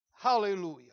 Hallelujah